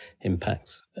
impacts